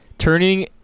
Turning